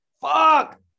Fuck